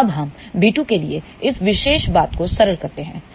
अब हम b2 के लिए इस विशेष बात को सरल करते हैं